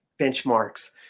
benchmarks